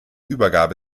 übergabe